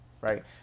Right